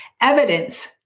Evidence